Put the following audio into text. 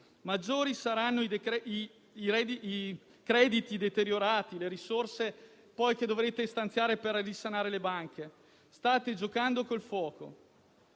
maggiori saranno i crediti deteriorati e le risorse che dovrete stanziare per risanare le banche; state giocando col fuoco.